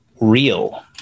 real